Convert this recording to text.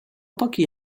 pochi